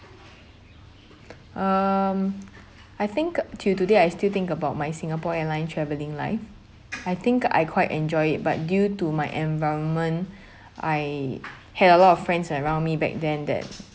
um I think till today I still think about my singapore airline travelling life I think I quite enjoy it but due to my environment I had a lot of friends around me back then that